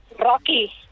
Rocky